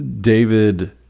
David